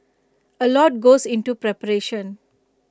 A lot goes into preparation